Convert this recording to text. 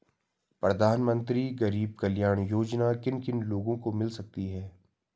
प्रधानमंत्री गरीब कल्याण योजना किन किन लोगों को मिल सकती है?